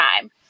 time